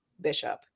Bishop